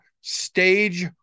stage